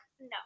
No